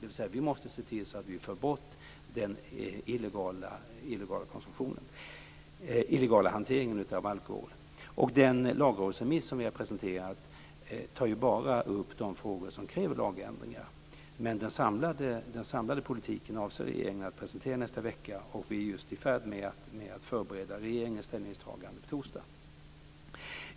Vi måste se till att vi får bort den illegala hanteringen av alkohol. Den lagrådsremiss som vi har presenterat tar bara upp de frågor som kräver lagändringar. Men samlade politiken avser regeringen att presentera nästa vecka. Vi är just i färd med att förbereda regeringens ställningstagande på torsdagen.